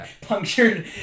punctured